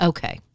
Okay